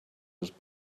was